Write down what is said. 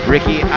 Ricky